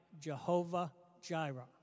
Jehovah-Jireh